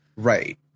right